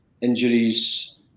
injuries